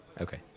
Okay